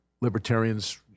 libertarians